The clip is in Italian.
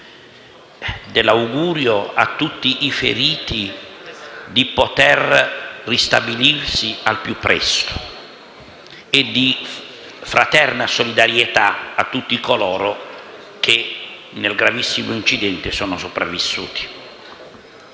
dell'augurio a tutti i feriti di potere ristabilirsi al più presto e della fraterna solidarietà a tutti coloro che nel gravissimo incidente sono sopravvissuti.